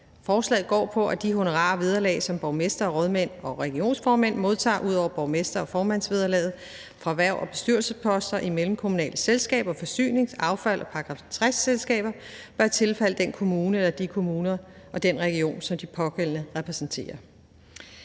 Forslaget går på, at de honorarer og vederlag, som borgmestre, rådmænd og regionsformænd modtager ud over borgmester- og formandsvederlaget fra hverv og bestyrelsesposter i mellemkommunale selskaber og forsynings-, affalds- og § 60-selskaber, bør tilfalde den kommune eller de kommuner og den region, som de pågældende repræsenterer.